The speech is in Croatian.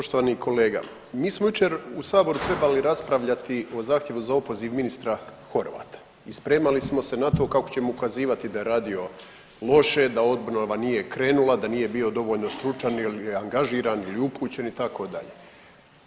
Poštovani kolega, mi smo jučer u saboru trebali raspravljati o zahtjevu za opoziv ministra Horvata i spremali smo se na to kako ćemo ukazivati da je radio loše, da obnova nije krenula, da nije bilo dovoljno stručan ili angažiran ili upućen i tako dalje.